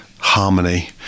Harmony